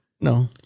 No